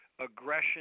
aggression